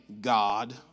God